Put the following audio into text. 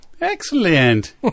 Excellent